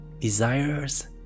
desires